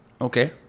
Okay